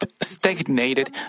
stagnated